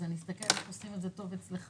אז אני אסתכל איך עושים את זה טוב אצלך.